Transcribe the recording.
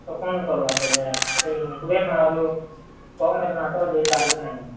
ତ କ'ଣ କରିବା ତାହେଲେ କୋଡ଼ିଏ ଟଙ୍କାରୁ କମ୍ ହେଲେ ମାତ୍ର ଦେଇପାରିବି ନାହିଁ